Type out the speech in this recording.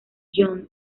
john